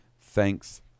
Thanks